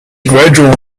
gradual